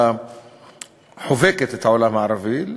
החובקת את העולם הערבי,